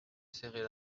serrer